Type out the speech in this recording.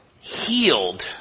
healed